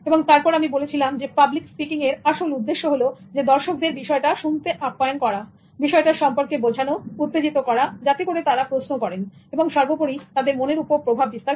এবং তারপর আমি বলেছিলাম পাবলিক স্পিকিং এর আসল উদ্দেশ্য হলো দর্শকদের বিষয়টা শুনতে আপ্যায়ন করা বিষয়টার সম্পর্কে বোঝানো উত্তেজিত করা যাতে করে তারা প্রশ্ন করেন এবং সর্বোপরি তাদের মনের উপর প্রভাব বিস্তার করা